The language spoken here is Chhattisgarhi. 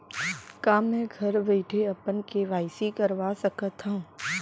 का मैं घर बइठे अपन के.वाई.सी करवा सकत हव?